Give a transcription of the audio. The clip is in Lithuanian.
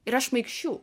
yra šmaikščių